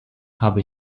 habe